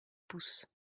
pouce